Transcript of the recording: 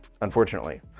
unfortunately